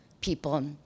people